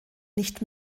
nicht